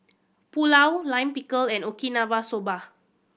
Pulao Lime Pickle and Okinawa Soba